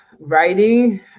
writing